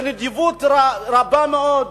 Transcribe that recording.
בנדיבות רבה מאוד,